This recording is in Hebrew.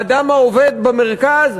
האדם העובד במרכז,